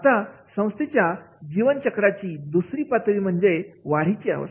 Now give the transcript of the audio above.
आता संस्थेच्या जीवन चक्रची दुसरी पातळी म्हणजे वाढीची अवस्था